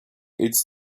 its